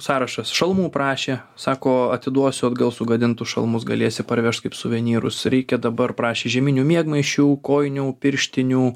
sąrašas šalmų prašė sako atiduosiu atgal sugadintus šalmus galėsi parvežt kaip suvenyrus reikia dabar prašė žieminių miegmaišių kojinių pirštinių